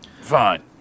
Fine